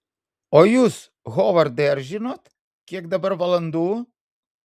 o jūs hovardai ar žinot kiek dabar valandų